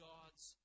God's